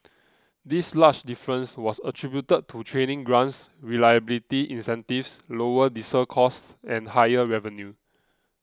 this large difference was attributed to training grants reliability incentives lower diesel costs and higher revenue